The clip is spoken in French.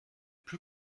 plus